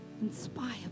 Inspire